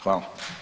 Hvala.